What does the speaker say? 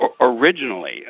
Originally